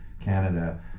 canada